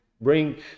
bring